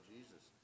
Jesus